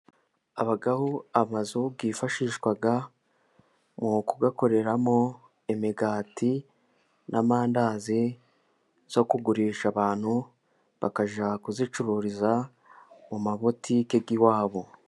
Habaho amazu yifashishwa mu kuyakoreramo imigati n'amandazi yo kugurisha abantu, bakajya kuyicururiza mu mabutiki y'iwabo.